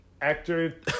Actor